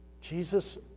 Jesus